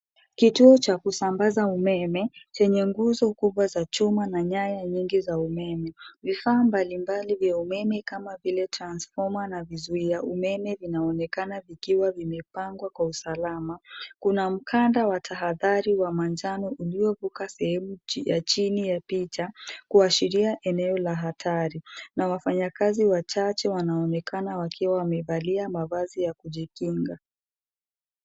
Kituo cha kusambaza umeme chenye nguzo kubwa za chuma na nyaya nyini za umeme. Vifaa mbalimbali za umeme kama vile transformer na vizuia umeme vinaonekana vikiwa vimepangwa kwa usalama. Kuna mkanda wa tahadhari wa manjano unaovuka sehemu ya chini ya picha kuashiria eneo la hatari na wafanyakazi wachache wanaonekana wakiwa wamevalia mavazi ya kujikinga.